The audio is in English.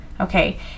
Okay